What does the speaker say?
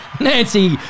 Nancy